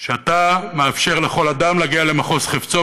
שאתה מאפשר לכל אדם להגיע למחוז חפצו,